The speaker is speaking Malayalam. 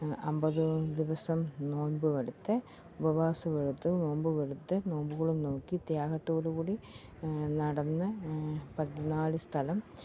അമ്പത് ദിവസം നോയമ്പ് എടുത്ത് ഉപവാസമെടുത്ത് നോമ്പും എടുത്ത് നോമ്പുകളും നോക്കി ത്യാഗത്തോടു കൂടി നടന്ന് പതിനാല് സ്ഥലം